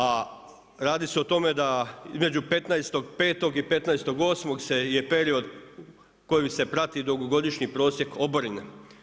A radi se o tome da između 15.5. i 15.8. je period kojim se prati dugogodišnji prosjek oborine.